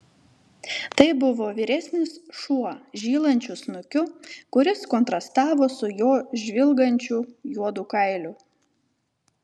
tai buvo vyresnis šuo žylančiu snukiu kuris kontrastavo su jo žvilgančiu juodu kailiu